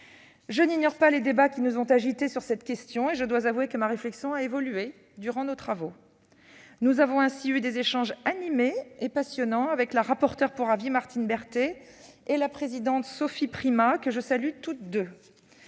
Je n'ignore pas les débats qui nous ont agités sur cette question, et je dois avouer que ma réflexion a évolué durant nos travaux. Nous avons ainsi eu des échanges animés et passionnants avec la rapporteure pour avis, Martine Berthet, et avec la présidente de la commission des